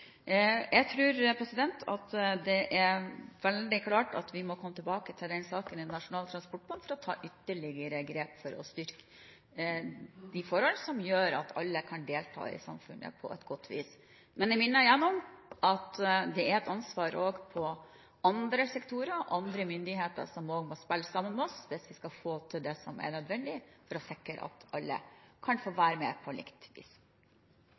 Jeg tror det er veldig klart at vi må komme tilbake til den saken i Nasjonal transportplan for å ta ytterligere grep for å styrke de forhold som gjør at alle kan delta i samfunnet på et godt vis. Men jeg minner igjen om at det er et ansvar også hos andre sektorer, andre myndigheter, som også må spille sammen med oss, hvis vi skal få til det som er nødvendig for å sikre at alle kan få være med på likt vis.